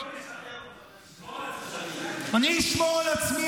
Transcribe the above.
תשמור על עצמך,